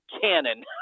cannon